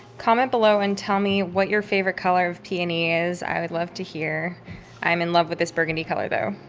comment below and tell me what your favorite color of peony is. i would love to hear i'm in love with this burgundy color, though.